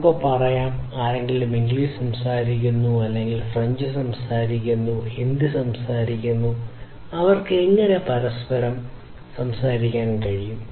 നമുക്ക് പറയാം ആരെങ്കിലും ഇംഗ്ലീഷ് സംസാരിക്കുന്നു ആരെങ്കിലും ഫ്രഞ്ച് സംസാരിക്കുന്നു ആരെങ്കിലും ഹിന്ദി സംസാരിക്കുന്നു അവർക്ക് എങ്ങനെ പരസ്പരം സംസാരിക്കാൻ കഴിയും